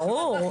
ברור,